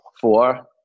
Four